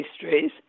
Pastries